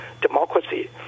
democracy